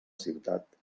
ciutat